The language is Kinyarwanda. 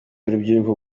urubyiruko